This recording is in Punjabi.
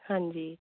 ਹਾਂਜੀ